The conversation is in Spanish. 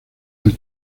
del